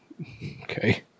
Okay